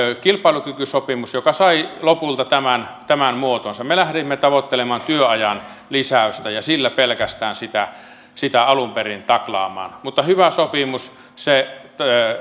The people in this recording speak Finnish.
kilpailukykysopimus joka sai lopulta tämän tämän muotonsa me lähdimme tavoittelemaan työajan lisäystä ja sillä pelkästään sitä sitä alun perin taklaamaan mutta hyvä sopimus se